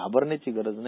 घाबरण्याची गरज नाही